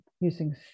using